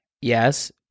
Yes